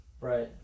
right